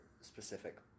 specific